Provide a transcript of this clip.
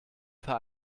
für